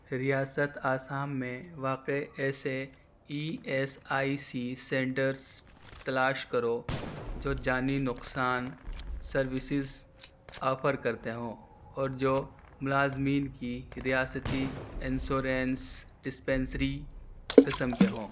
ریاستِ آسام میں واقع ایسے E S I C centres تلاش کرو جو جانی نقصان سرویسیز آفر کرتے ہوں اور جو ملازمین کی ریاستی انشورنس ڈسپینسری قسم کے ہوں